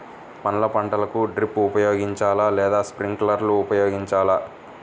పండ్ల పంటలకు డ్రిప్ ఉపయోగించాలా లేదా స్ప్రింక్లర్ ఉపయోగించాలా?